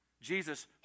Jesus